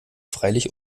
freilich